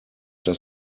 das